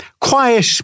quiet